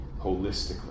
holistically